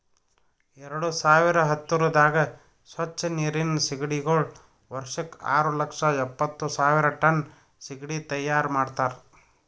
ಎರಡು ಸಾವಿರ ಹತ್ತುರದಾಗ್ ಸ್ವಚ್ ನೀರಿನ್ ಸೀಗಡಿಗೊಳ್ ವರ್ಷಕ್ ಆರು ಲಕ್ಷ ಎಪ್ಪತ್ತು ಸಾವಿರ್ ಟನ್ ಸೀಗಡಿ ತೈಯಾರ್ ಮಾಡ್ತಾರ